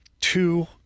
two